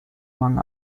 among